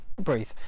Breathe